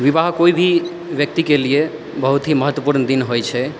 विवाह कोइ भी व्यक्ति के लिये बहुत हि महत्वपूर्ण दिन होइ छै